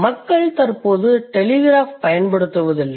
மக்கள் தற்போது டெலிகிராஃப் பயன்படுத்துவதில்லை